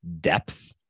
depth